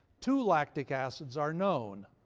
two lactic acids are known,